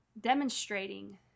demonstrating